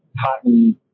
Cotton